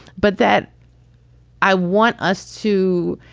but that i want us to,